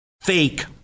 fake